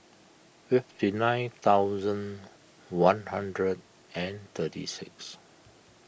fifty nine thousand one hundred and thirty six